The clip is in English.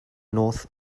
north